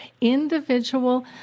individual